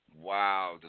Wow